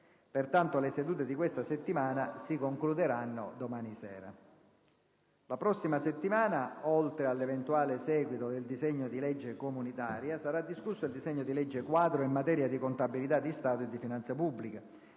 Pertanto le sedute di questa settimana si concluderanno domani sera. La prossima settimana, oltre all'eventuale seguito del disegno di legge comunitaria, sarà discusso il disegno di legge quadro in materia di contabilità di Stato e finanza pubblica.